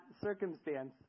circumstance